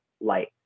light